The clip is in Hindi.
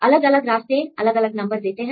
अलग अलग रास्ते अलग अलग नंबर देते हैं